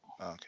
Okay